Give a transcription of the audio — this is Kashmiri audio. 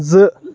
زٕ